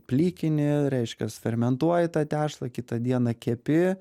plikini reiškias fermentuoji tą tešlą kitą dieną kepi